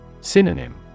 Synonym